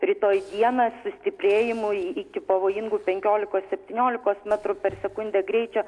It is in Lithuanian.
rytoj dieną sustiprėjimui iki pavojingų penkiolikos septyniolikos metrų per sekundę greičio